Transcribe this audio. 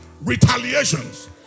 retaliations